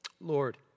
Lord